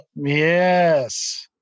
Yes